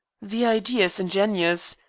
the idea is ingenious.